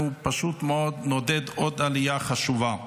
אנחנו פשוט מאוד נעודד עוד עלייה חשובה.